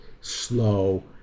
slow